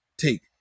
take